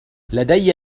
لدي